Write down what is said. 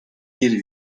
bir